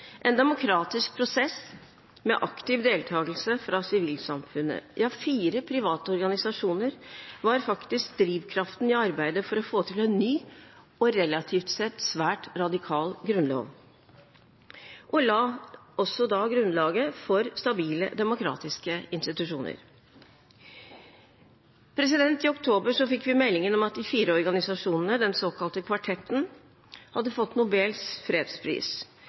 en demokratisk prosess med aktiv deltakelse fra sivilsamfunnet. Ja, fire private organisasjoner var faktisk drivkraften i arbeidet for å få til en ny og relativt sett svært radikal grunnlov – og la grunnlaget for stabile, demokratiske institusjoner. I oktober fikk vi melding om at de fire organisasjonene, den såkalte kvartetten, hadde fått Nobels fredspris: